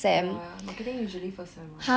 ya marketing usually first sem one